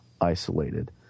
isolated